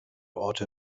orte